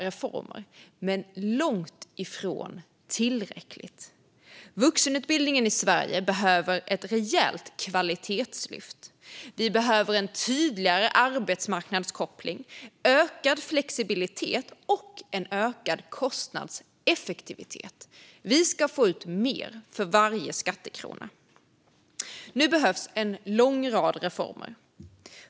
Men det är långt ifrån tillräckligt. Vuxenutbildningen i Sverige behöver ett rejält kvalitetslyft. Vi behöver en tydligare arbetsmarknadskoppling, en ökad flexibilitet och en ökad kostnadseffektivitet. Vi ska få ut mer för varje skattekrona. Nu behövs en lång rad reformer.